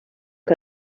que